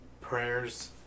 prayers